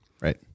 right